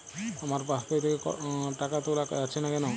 আমার পাসবই থেকে টাকা তোলা যাচ্ছে না কেনো?